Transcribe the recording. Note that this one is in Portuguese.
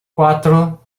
quatro